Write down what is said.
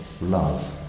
love